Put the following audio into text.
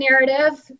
narrative